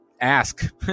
Ask